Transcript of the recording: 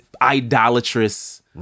idolatrous